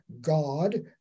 god